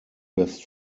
best